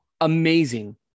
Amazing